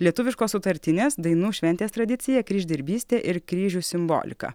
lietuviškos sutartinės dainų šventės tradicija kryždirbystė ir kryžių simbolika